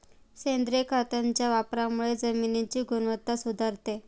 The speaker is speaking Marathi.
सेंद्रिय खताच्या वापरामुळे जमिनीची गुणवत्ता सुधारते